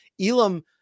Elam